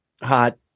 hot